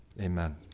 amen